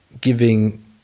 giving